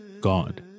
God